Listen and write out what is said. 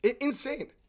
insane